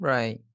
Right